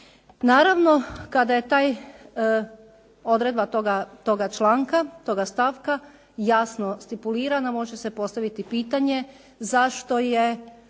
Naravno kada je taj, odredba toga članka, toga stavka jasno stipulirana može se postaviti pitanje zašto je